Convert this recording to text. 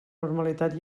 normalitat